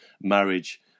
marriage